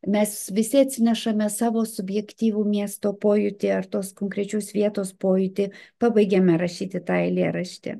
mes visi atsinešame savo subjektyvų miesto pojūtį ar tos konkrečios vietos pojūtį pabaigiame rašyti tą eilėraštį